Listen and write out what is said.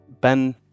Ben